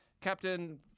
Captain